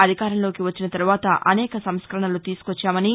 అధికారంలోకి వచ్చిన తర్వాత అనేక సంస్కరణలు తీసుకొచ్చామని